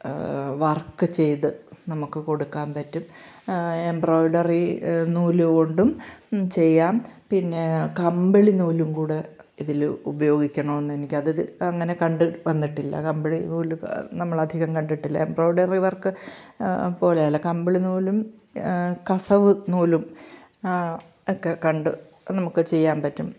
work ചെയ്തു നമുക്ക് കൊടുക്കാൻ പറ്റും എംബ്രോയിഡറി നൂല് കൊണ്ടും ചെയ്യാം പിന്നെ കമ്പിളി നൂലും കൂടെ ഇതിൽ ഉപയോഗിക്കണമെന്ന് എനിക്ക് അത് അങ്ങനെ കണ്ടു വന്നിട്ടില്ല കമ്പിളി നൂല് നമ്മൾ അധികം കണ്ടിട്ടില്ല എംബ്രോയിഡറി വർക്ക് പോലെ അല്ല കമ്പളി നൂലും കസവ് നൂലും ഒക്കെ കണ്ടു നമുക്ക് ചെയ്യാൻ പറ്റും